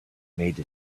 made